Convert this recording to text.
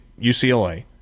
ucla